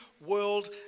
world